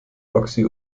proxy